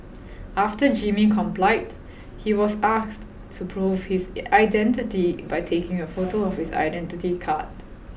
after Jimmy complied he was asked to prove his identity by taking a photo of his identity card